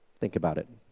think about it.